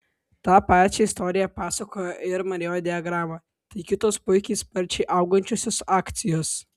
tą pačią istoriją pasakoja ir mariot diagrama tai kitos puikios sparčiai augančiosios akcijos